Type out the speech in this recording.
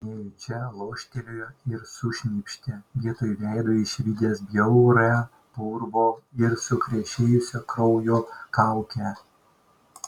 nejučia loštelėjo ir sušnypštė vietoj veido išvydęs bjaurią purvo ir sukrešėjusio kraujo kaukę